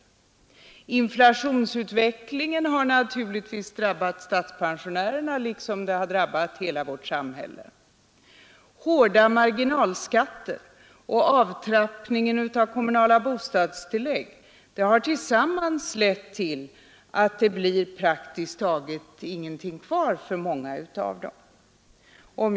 Vidare har inflationsutvecklingen naturligtvis drabbat statspensionärerna, liksom den har drabbat hela vårt samhälle. Hårda marginalskatter och avtrappningen av de kommunala bostadstilläggen har tillsammans lett till att det praktiskt taget inte blir någonting kvar för många av dem.